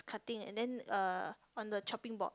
cutting and then uh on the chopping board